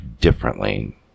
differently